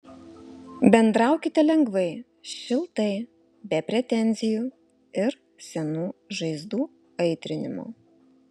bendraukite lengvai šiltai be pretenzijų ir senų žaizdų aitrinimo